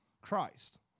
Christ